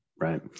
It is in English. right